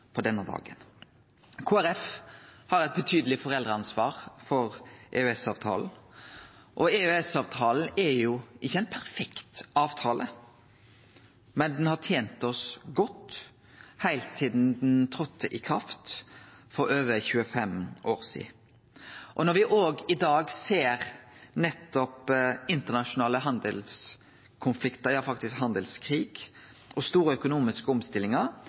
på denne dagen. Kristeleg Folkeparti har eit betydeleg foreldreansvar for EØS-avtalen. EØS-avtalen er ikkje ein perfekt avtale, men han har tent oss godt heilt sidan han tredde i kraft for over 25 år sidan. Når me òg i dag ser nettopp internasjonale handelskonfliktar – ja, faktisk handelskrig og store økonomiske omstillingar